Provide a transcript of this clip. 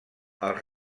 els